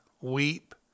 weep